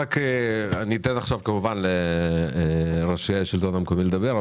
אני אתן עכשיו כמובן לראשי השלטון המקומי לדבר,